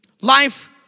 Life